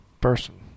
person